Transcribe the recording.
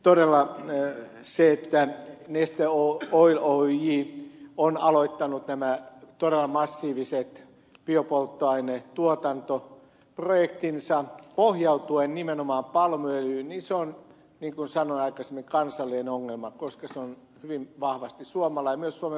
todella se että neste oil oyj on aloittanut nämä todella massiiviset biopolttoainetuotantoprojektinsa pohjautuen nimenomaan palmuöljyyn on niin kuin sanoin aikaisemmin kansallinen ongelma koska se on hyvin vahvasti suomalainen myös suomen valtion omistama